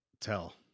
tell